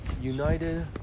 United